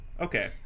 Okay